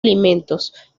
alimentos